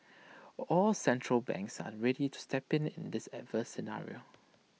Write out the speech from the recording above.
all central banks are ready to step in in this adverse scenario